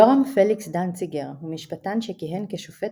יורם פליקס דנציגר הוא משפטן שכיהן כשופט